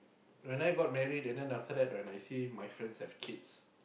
when I got married and then after that I see my friends have kids